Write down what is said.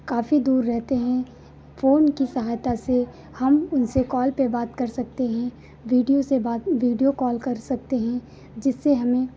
काफी दूर रहते हैं फ़ोन की सहायता से हम उनसे कॉल पर बात कर सकते हैं वीडियो पर बात वीडियो कॉल कर सकते हैं जिससे